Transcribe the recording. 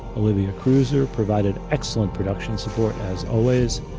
olivia cruiser provided excellent production support, as always,